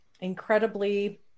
incredibly